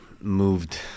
moved